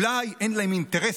אולי אין להם אינטרס,